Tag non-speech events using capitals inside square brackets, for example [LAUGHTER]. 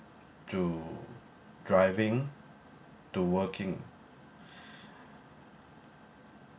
to driving to working [BREATH]